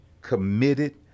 committed